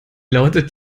lautet